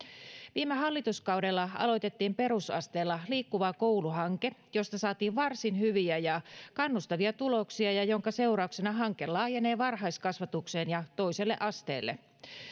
viime hallituskaudella aloitettiin perusasteella liikkuva koulu hanke josta saatiin varsin hyviä ja kannustavia tuloksia ja jonka seurauksena hanke laajenee varhaiskasvatukseen ja toiselle asteelle